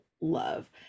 love